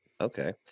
Okay